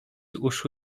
uszu